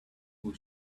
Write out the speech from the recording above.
who